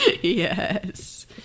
yes